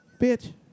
Bitch